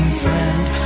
friend